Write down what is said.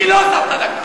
לי לא הוספת דקה.